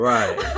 Right